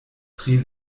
tri